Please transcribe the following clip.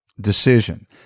decision